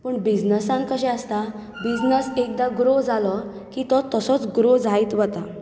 पूण बिजनसान कशें आसता बिजनस एकदां ग्रो जालो की तो तसोच ग्रो जायत वता